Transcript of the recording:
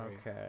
Okay